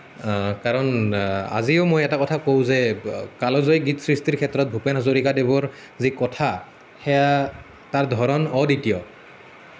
কাৰণ আজিও মই এটা কথা কওঁ যে কালজয়ী গীত সৃষ্টিৰ ক্ষেত্ৰত ভূপেন হাজৰিকাদেৱৰ যি কথা সেয়া তাৰ ধৰণ অদ্বিতীয়